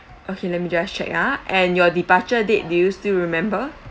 okay let me just check ah and your departure date do you still remember